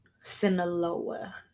Sinaloa